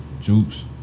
Jukes